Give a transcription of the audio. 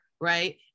right